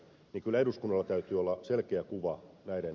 ikonen uskoo täytyy olla selkeä kuva näiden